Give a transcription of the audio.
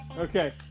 Okay